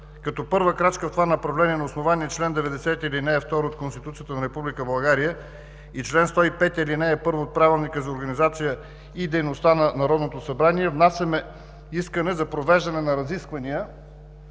като първа крачка в това направление на основание чл. 90, ал. 2 от Конституцията на Република България и чл. 105, ал. 1 от Правилника за организацията и дейността на Народното събрание внасяме искане за провеждане на разисквания